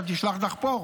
אתה תשלח דחפור,